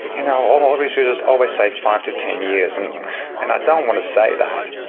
you know, all all researchers always say five to ten years and and i don't want to say that,